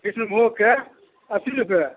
कृष्णभोगके अस्सी रुपैआ